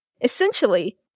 Essentially